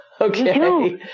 okay